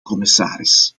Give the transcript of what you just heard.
commissaris